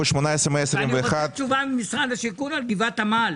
אני רוצה תשובה ממשרד השיכון על גבעת עמל.